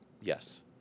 Yes